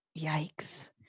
Yikes